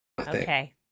Okay